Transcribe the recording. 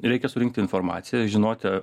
reikia surinkti informaciją žinoti